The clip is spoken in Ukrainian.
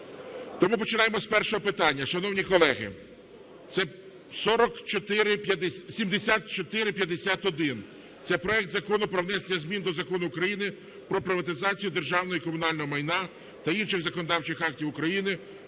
Тому починаємо з першого питання. Шановні колеги, це 7451. Це проект Закону про внесення змін до Закону України "Про приватизацію державного і комунального майна" та інших законодавчих актів України